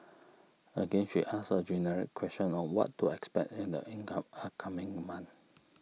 again she asks a generic question on what to expect in the income upcoming month